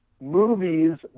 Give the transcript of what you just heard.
movies